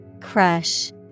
Crush